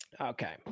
Okay